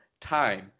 time